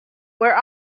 where